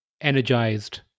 energized